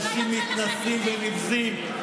אתם אנשים מתנשאים ונבזים,